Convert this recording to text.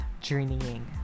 journeying